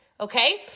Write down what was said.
okay